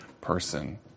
person